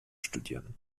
studieren